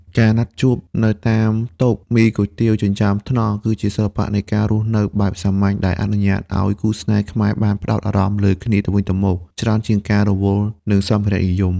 ការណាត់ជួបនៅតាមតូបមីគុយទាវចិញ្ចើមថ្នល់ គឺជាសិល្បៈនៃការរស់នៅបែបសាមញ្ញ ដែលអនុញ្ញាតឱ្យគូស្នេហ៍ខ្មែរបានផ្ដោតអារម្មណ៍លើគ្នាទៅវិញទៅមក ច្រើនជាងការរវល់នឹងសម្ភារៈនិយម។